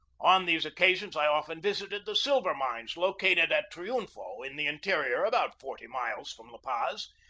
on these occasions i often visited the silver mines lo cated at triunfo in the interior, about forty miles from la paz.